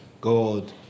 God